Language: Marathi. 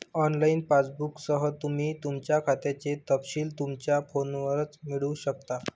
ऑनलाइन पासबुकसह, तुम्ही तुमच्या खात्याचे तपशील तुमच्या फोनवरच मिळवू शकता